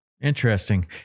Interesting